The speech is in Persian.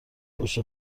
پشت